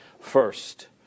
First